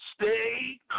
Stay